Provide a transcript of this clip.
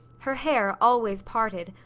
her hair, always parted,